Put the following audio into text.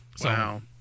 Wow